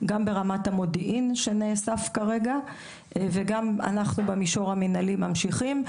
גם ברמת המודיעין שנאסף כרגע וגם אנחנו במישור המנהלי ממשיכים.